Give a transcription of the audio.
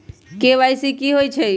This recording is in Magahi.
के.वाई.सी कि होई छई?